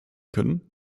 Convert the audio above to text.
können